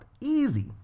Easy